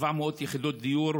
700 יחידות דיור,